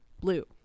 blue